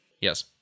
Yes